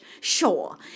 Sure